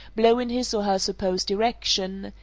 blow in his or her supposed direction,